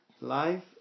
life